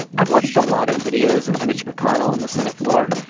i've watched a lot of videos of mitch mcconnell on the senate floor,